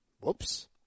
Whoops